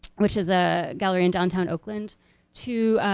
which is a gallery in downtown oakland to